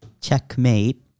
Checkmate